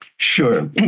Sure